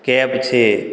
cab છે